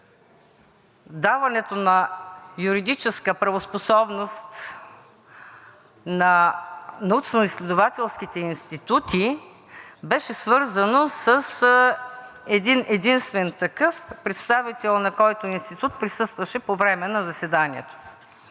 даването на юридическа правоспособност на научноизследователските институти, беше свързано с един-единствен такъв представител, на който институт присъстваше по време на заседанието.